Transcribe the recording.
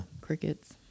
Crickets